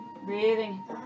Breathing